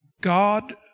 God